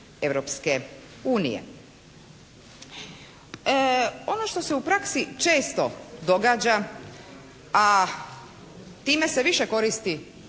Europske unije. Ono što se u praksi često događa a time se više koriste